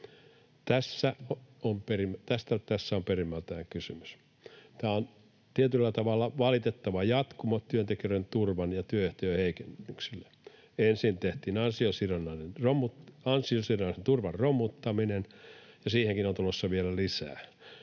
tässä on perimmiltään kysymys. Tämä on tietyllä tavalla valitettava jatkumo työntekijöiden turvan ja työehtojen heikennyksille. Ensin tehtiin ansiosidonnaisen turvan romuttaminen, ja siihenkin on tulossa vielä lisää